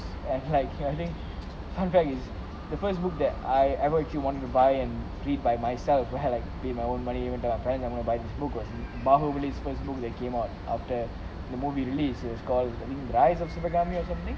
and like I think fun fact is the first book that I actually wanted to buy and read by myself like pay my own money and tell my parents I'm going to buy this book was bahubali first book that came out after the movie released it was called guys of super garmi or something